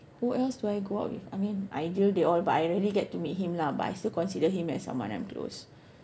who else do I go out with I mean Aidil they all but I rarely get to meet him lah but I still consider him as someone I'm close